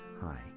Hi